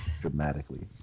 dramatically